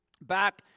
back